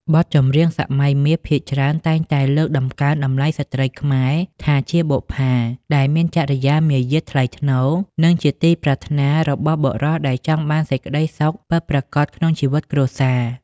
បទចម្រៀងសម័យមាសភាគច្រើនតែងតែលើកតម្កើងតម្លៃស្រ្តីខ្មែរថាជា "បុប្ផា" ដែលមានចរិយាមារយាទថ្លៃថ្នូរ និងជាទីប្រាថ្នារបស់បុរសដែលចង់បានសេចក្តីសុខពិតប្រាកដក្នុងជីវិតគ្រួសារ។